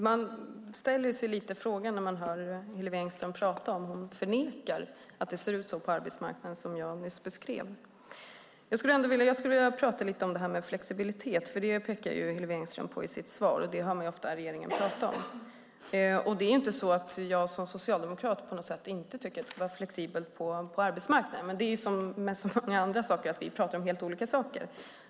Herr talman! När man hör Hillevi Engström ställer man sig lite frågan om hon förnekar att det ser ut som jag nyss beskrev på arbetsmarknaden. Jag skulle vilja prata om det här med flexibilitet, för det pekar Hillevi Engström på i sitt svar. Det hör man också ofta regeringen prata om. Det är inte så att jag som socialdemokrat på något sätt inte tycker att det ska vara flexibelt på arbetsmarknaden, men det är som med så mycket annat att vi pratar om helt olika saker.